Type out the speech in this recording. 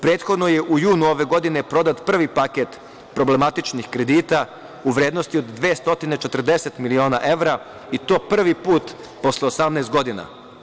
Prethodno je u junu ove godine prodat prvi paket problematičnih kredita u vrednosti od 240 miliona evra i to prvi put posle 18 godina.